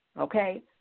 okay